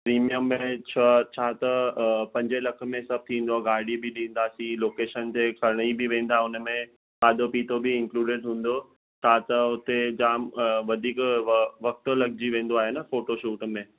premium में छ छा अथव पंज लख में सभु थींदो गाॾी बि ॾींदासीं लोकेशन ते खणण बि वेंदा हुनमें खाधो पीतो बि इंक्लूडिड हूंदो त त हुते जाम वधीक वक़्तु थो लॻ जी वेंदो आहे न फोटो शूट में